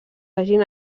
hagin